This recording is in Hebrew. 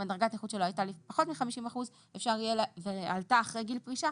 אם דרגת הנכות שלו הייתה פחות מ-50 אחוזים ועלתה אחרי גיל פרישה,